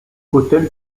hôtel